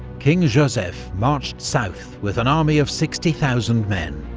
king joseph marched south with an army of sixty thousand men.